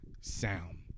Sound